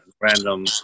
random